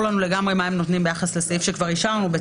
לגמרי מה הם נותנים ביחס לסעיפים שאנחנו